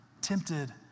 tempted